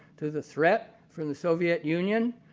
to the threat from the soviet union.